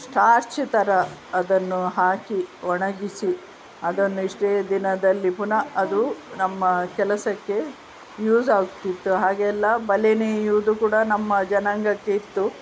starch ಥರ ಅದನ್ನು ಹಾಕಿ ಒಣಗಿಸಿ ಅದನ್ನು ಇಷ್ಟೇ ದಿನದಲ್ಲಿ ಪುನಃ ಅದು ನಮ್ಮ ಕೆಲಸಕ್ಕೆ ಯೂಸ್ ಆಗ್ತಿತ್ತು ಹಾಗೆಲ್ಲ ಬಲೆ ನೇಯೋದು ಕೂಡ ನಮ್ಮ ಜನಾಂಗಕ್ಕೆ ಇತ್ತು